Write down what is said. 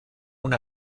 una